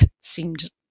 seemed